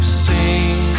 sing